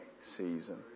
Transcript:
season